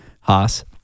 Haas